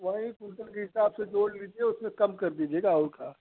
वही कुल जन के हिसाब से जोड़ लीजिये उसमें कम कर दीजियेगा और का